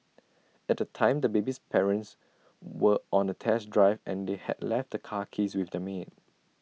at the time the baby's parents were on A test drive and they had left the car keys with their maid